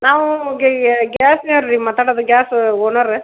ನಾವು ಗ್ಯಾಸ್ನೋರ್ ರೀ ಮಾತಾಡೋದು ಗ್ಯಾಸ್ ಓನರ್